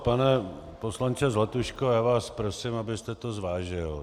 Pane poslanče Zlatuško, já vás prosím, abyste to zvážil.